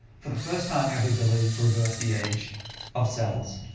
for the first time, we have the ability to reverse the age of cells.